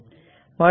மற்றும் τ 0